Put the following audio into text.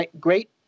great